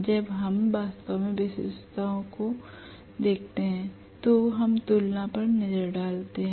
जब हम वास्तव में विशेषता को देखते हैं तो हम तुलना पर नजर डालते हैं